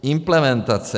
Implementace.